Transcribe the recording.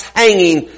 hanging